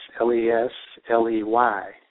L-E-S-L-E-Y